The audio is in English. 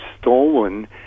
stolen